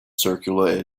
circular